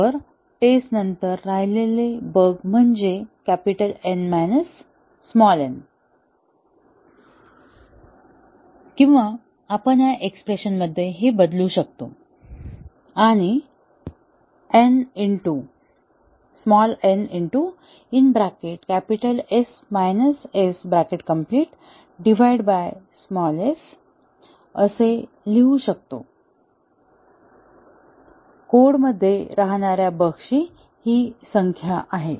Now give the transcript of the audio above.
तर टेस्टनंतर राहिलेले बग म्हणजे N n किंवा आपण या एक्स्प्रेशनमध्ये हे बदलू शकतो आणि n s असे लिहू शकतो कोडमध्ये राहणाऱ्या बग्सची ही संख्या आहे